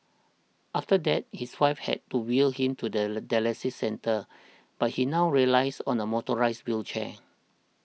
after that his wife had to wheel him to the dialysis centre but he now relies on a motorised wheelchair